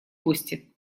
кости